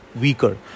weaker